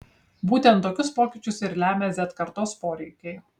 būtent tokius pokyčius ir lemia z kartos poreikiai